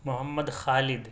محمد خالد